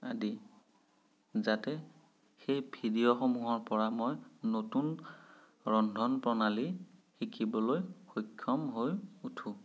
আদি যাতে সেই ভিডিঅ'সমূহৰ পৰা মই নতুন ৰন্ধন প্ৰণালী শিকিবলৈ সক্ষম হৈ উঠোঁ